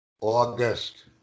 August